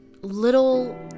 little